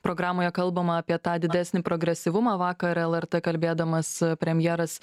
programoje kalbama apie tą didesnį progresyvumą vakar lrt kalbėdamas premjeras